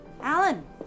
Alan